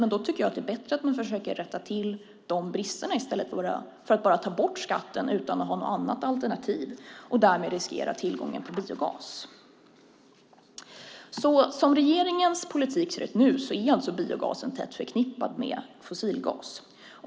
Men jag tycker att det är bättre att försöka rätta till de bristerna i stället för att utan att ha ett alternativ ta bort skatten och därmed riskera tillgången på biogas. Som regeringens politik nu ser ut är alltså biogasen tätt förknippad med fossilgas.